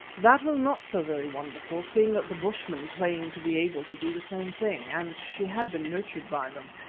that was not so very wonderful, seeing that the bushmen claim to be able to do the same thing, and she had been nurtured by them.